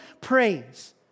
praise